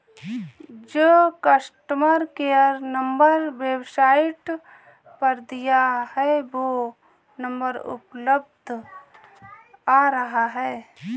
जो customer care number website पर दिया है वो नंबर अनुपलब्ध आ रहा है